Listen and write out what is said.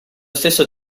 stesso